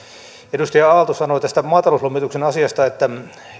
edustaja aalto sanoi tästä maatalouslomituksen asiasta että